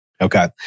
Okay